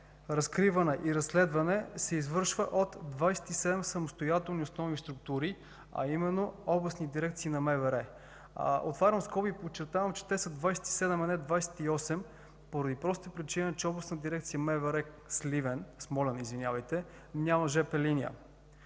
разкриване и разследване се извършва от 27 самостоятелни основни структури, а именно областни дирекции на МВР. Отварям скоби и подчертавам, че те са 27, а не 28 поради причината, че Областната дирекция на МВР – Смолян, няма жп линия.